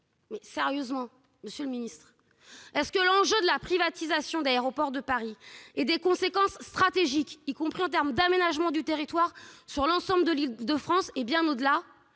Mais sérieusement, monsieur le ministre, l'enjeu de la privatisation d'Aéroports de Paris et des conséquences stratégiques, y compris en termes d'aménagement du territoire, sur l'ensemble de l'Île-de-France et bien au-delà,